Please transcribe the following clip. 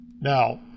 Now